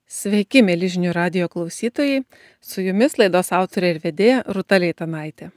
sveiki mieli žinių radijo klausytojai su jumis laidos autorė ir vedėja rūta leitanaitė